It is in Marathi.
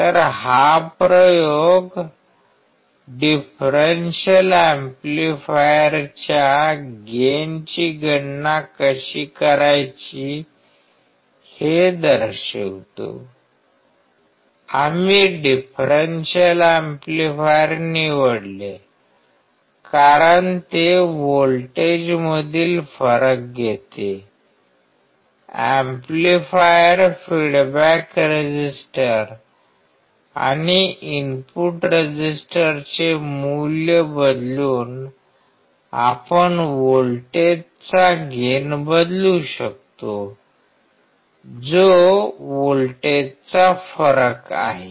तर हा प्रयोग डिफरेन्शियल एम्पलीफायरच्या गेनची गणना कशी करायची हे दर्शवितो आम्ही डिफरेंशियल एम्पलीफायर निवडले कारण ते व्होल्टेजमधील फरक घेते एम्पलीफायर फीडबॅक रेजिस्टर आणि इनपुट रेजिस्टरचे मूल्य बदलून आपण व्होल्टेजचा गेन बदलू शकतो जो व्होल्टेजचा फरक आहे